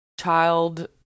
child